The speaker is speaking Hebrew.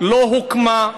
לא הוקמה.